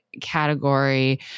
category